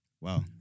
Wow